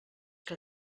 que